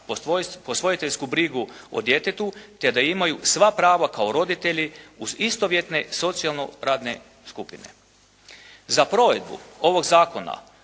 posvojiteljsku brigu o djetetu, te da imaju sva prava kao roditelji uz istovjetne, socijalno radne skupine. Za provedbu ovoga zakona